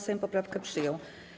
Sejm poprawkę przyjął.